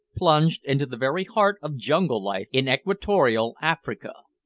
plunged into the very heart of jungle life in equatorial africa!